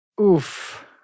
Oof